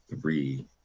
three